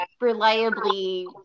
reliably